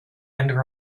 and